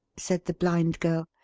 said the blind girl.